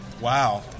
Wow